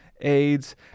AIDS